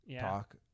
talk